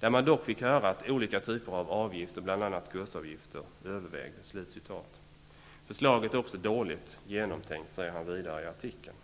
där man dock fick höra att olika typer av avgifter bl a kursavgifter övervägdes.'' ''Förslaget är dåligt genomtänkt'', säger han vidare i artikeln.